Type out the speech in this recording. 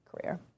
career